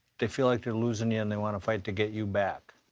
they feel like they're losin' you, and they wanna fight to get you back,